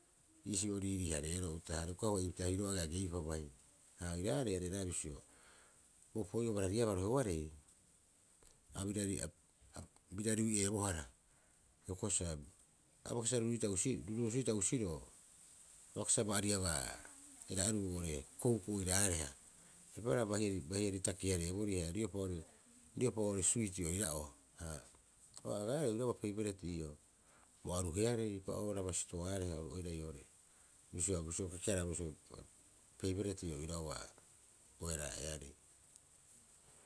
Iisii o riirii- hareeroo uta'aha are ukahua. Eitahiro'oo age'ageupa bai, ha agaarei areraeaa bisio bo opoi'oo barariaba roheoarei a bira rui'eebohara hioko'i sa baisbaa sa ruruusu'ita usiro'o a bai kasibaa sa ba'aria eraa'ruu oo'ore kouk oiraareha. Eipaareha bahiari taki- hareeboroo riopa oo'ore suiti ai'oro. Ha agaarei peiberet ii'oo bo aruhearei eipa'ooraba sitoaareha. Oru oira ii'oo are bisio o keke- haraaboroo peiberet ii'oo oira'a bo eraa'earei.